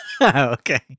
Okay